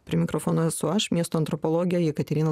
prie mikrofono esu aš miesto antropologė jekaterina